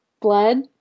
Blood